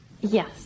Yes